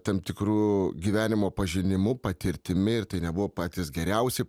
tam tikru gyvenimo pažinimu patirtimi ir tai nebuvo patys geriausi